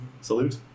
Salute